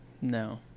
No